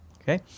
Okay